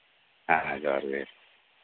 ᱦᱮᱸ ᱡᱚᱦᱟᱨ ᱜᱮ